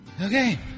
Okay